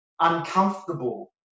uncomfortable